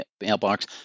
mailbox